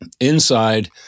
inside